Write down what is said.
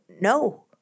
no